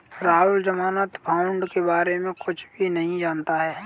राहुल ज़मानत बॉण्ड के बारे में कुछ भी नहीं जानता है